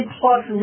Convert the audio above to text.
plus